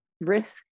risk